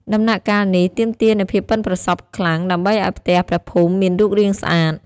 ដំណាក់កាលនេះទាមទារនូវភាពប៉ិនប្រសប់ខ្លាំង ដើម្បីឲ្យផ្ទះព្រះភូមិមានរូបរាងស្អាត។